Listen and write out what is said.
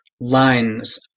lines